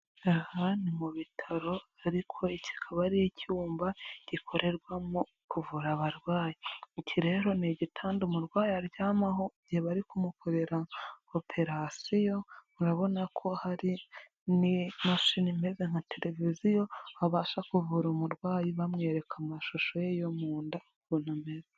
Aha ni mu bitaro ariko iki akaba ari icyumba gikorerwamo mu kuvura abarwayi. Iki rero ni igitanda umurwayi aryamaho, igihe bari ari kumukorera operasiyo, murabona ko hari n'imashini imeza nka televiziyo, babasha kuvura umurwayi bamwereka amashusho ye yo mu nda ukuntu ameze.